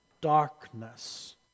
darkness